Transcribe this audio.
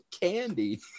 candy